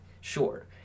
Sure